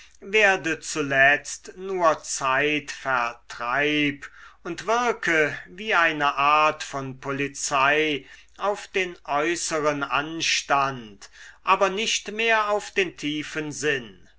werde zuletzt nur zeitvertreib und wirke wie eine art von polizei auf den äußeren anstand aber nicht mehr auf den tiefen sinn